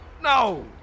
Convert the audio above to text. No